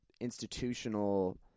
institutional